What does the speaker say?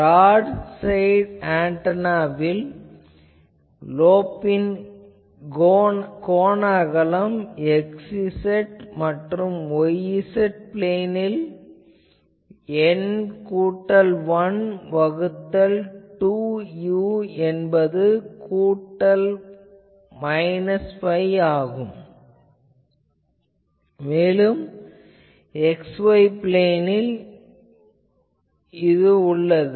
broad side அரேவில் லோப்பின் கோண அகலம் x y மற்றும் y z பிளேனில் N கூட்டல் 1 வகுத்தல் 2 u என்பது கூட்டல் மைனஸ் பை ஆகும் மேலும் இது x y பிளேனில் உள்ளது